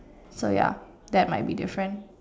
so ya that might be different